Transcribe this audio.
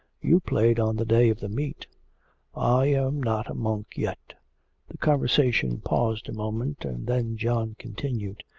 you played on the day of the meet i am not a monk yet the conversation paused a moment and then john continued,